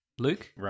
Luke